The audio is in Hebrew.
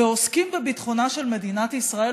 ועוסקים בביטחונה של מדינת ישראל,